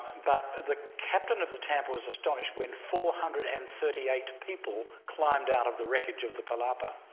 but the captain of the tampa was astonished when four hundred and thirty eight people climbed out of the wreckage of the palapa.